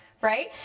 right